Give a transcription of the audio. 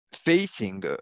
facing